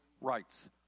rights